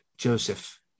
Joseph